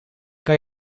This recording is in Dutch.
kan